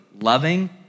loving